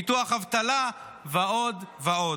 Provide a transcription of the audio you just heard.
ביטוח אבטלה ועוד ועוד.